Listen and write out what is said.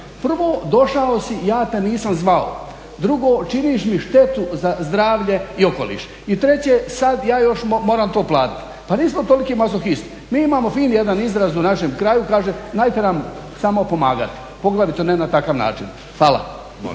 Prvo došao si ja te nisam zvao, drugo činiš mi štetu za zdravlje i okoliš, i treće sad ja još moram to platiti. Pa nismo toliki mazohist, mi imamo fini jedna izraz u našem kraju, kaže: "Najte nam samo pomagati." poglavito ne na takav način. Hvala.